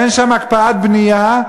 ואין שם הקפאת בנייה.